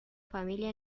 familia